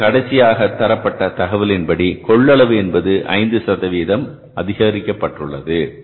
மேலும் கடைசியாக தரப்பட்ட தகவலின்படி கொள்ளளவு என்பது ஐந்து சதம் அதிகரிக்கப்பட்டுள்ளது